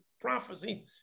prophecy